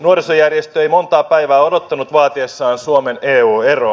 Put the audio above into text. nuorisojärjestö ei montaa päivää odottanut vaatiessaan suomen eu eroa